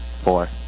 Four